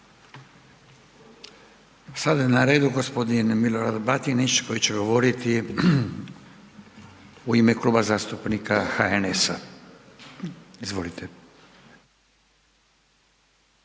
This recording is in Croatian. Sada je na redu g. Milorad Batinić koji će govoriti u ime Kluba zastupnika HNS-a, izvolite.